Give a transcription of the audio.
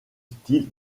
style